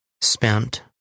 spent